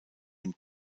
dem